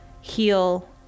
heal